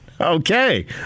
Okay